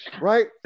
right